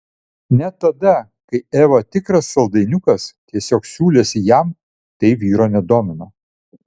net tada kai eva tikras saldainiukas tiesiog siūlėsi jam tai vyro nedomino